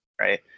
right